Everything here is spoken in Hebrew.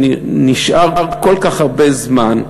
שנשאר כל כך הרבה זמן,